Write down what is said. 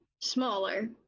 smaller